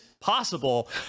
possible